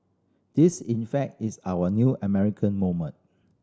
this in fact is our new American moment